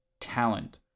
talent